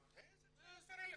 12,000. איזה 12,000?